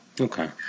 Okay